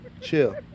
Chill